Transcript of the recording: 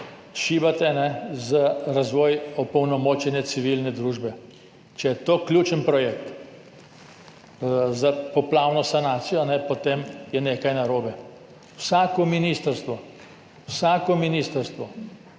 šibate za razvoj, opolnomočenje civilne družbe. Če je to ključen projekt za poplavno sanacijo, potem je nekaj narobe. Vsako ministrstvo, vsako ministrstvo